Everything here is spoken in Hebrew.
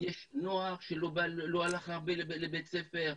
יש נוער שלא הלך הרבה לבית ספר,